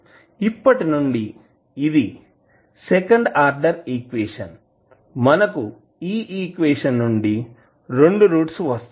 ఇప్పటినుండి ఇది second order equation మనకు ఈ ఈక్వేషన్ నుండి 2 రూట్స్ వస్తాయి